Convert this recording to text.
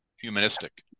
humanistic